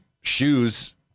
shoes